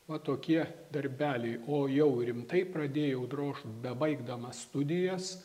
va tokie darbeliai o jau rimtai pradėjau drožt bebaigdamas studijas